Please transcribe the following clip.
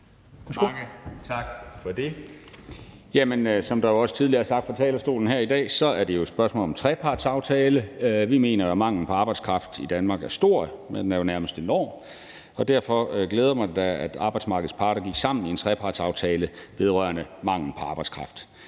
Mange tak for det. Som det også tidligere er blevet sagt fra talerstolen her i dag, er der jo tale om en trepartsaftale. Vi mener, at manglen på arbejdskraft i Danmark er stor – den er jo nærmest enorm – og derfor glæder det mig da, at arbejdsmarkedets parter gik sammen i en trepartsaftale vedrørende manglen på arbejdskraft.